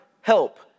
help